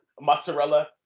mozzarella